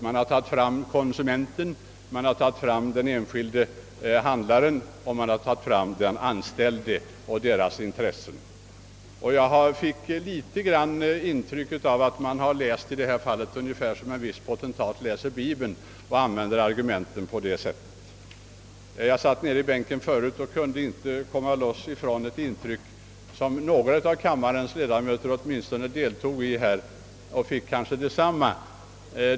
Man har hänvisat till konsumenten, den enskilde handlaren och den anställde och dennes intressen, och jag fick i någon mån intryck av att man i detta fall har läst ungefär som en viss potentat läser bibeln och använder argumenten på motsvarande sätt. Jag satt nere i bänken förut och kunde inte bli fri från ett intryck som åtminstone några av kammarens andra ledamöter också fick.